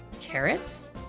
carrots